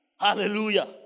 Hallelujah